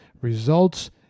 results